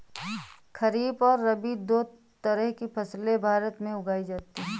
खरीप और रबी दो तरह की फैसले भारत में उगाई जाती है